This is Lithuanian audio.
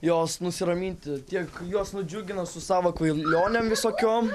jos nusiraminti tiek jos nudžiugina su savo kvailionėm visokiom